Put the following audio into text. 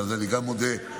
ועל זה אני גם מודה לאוצר.